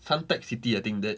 suntec city I think that